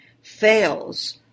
fails